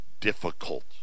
difficult